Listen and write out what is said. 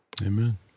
Amen